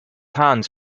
hands